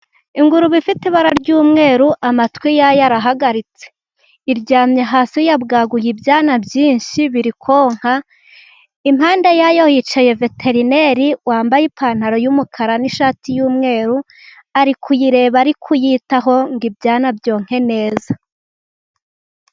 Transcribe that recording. Ingurube ifite ibara ry'umweru, amatwi yayo arahagaritse, iryamye hasi yabwagu ibyana byinshi birikonka, impande yayo hicaye veterineri, wambaye ipantaro y'umukara n'ishati y'umweru, ari kuyireba ari kuyitaho ngo ibyana byonke neza.